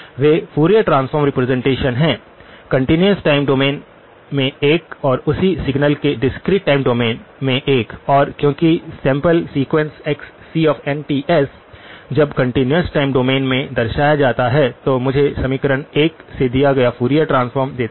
वे Fourier transform representation हैं continuous time domain में एक और उसी सिग्नल के डिस्क्रीट टाइम डोमेन में एक और क्योंकि सैंपल सीक्वेंस xc जब कंटीन्यूअस टाइम डोमेन में दर्शाया जाता है तो मुझे समीकरण 1 से दिया गया फूरियर ट्रांसफॉर्म देता है